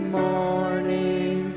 morning